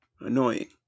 Annoying